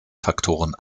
faktoren